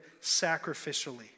sacrificially